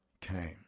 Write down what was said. came